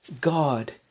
God